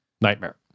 Nightmare